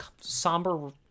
somber